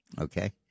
Okay